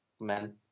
men